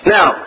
Now